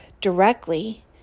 directly